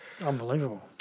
unbelievable